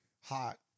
hot